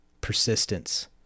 Persistence